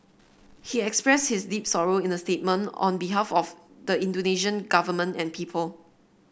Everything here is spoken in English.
he expressed his deep sorrow in a statement on behalf of the Indonesian Government and people